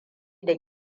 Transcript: da